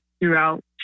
throughout